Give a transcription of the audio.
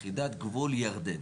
יחידת גבול ירדן,